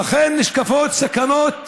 נשקפות סכנות